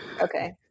Okay